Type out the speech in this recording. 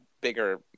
bigger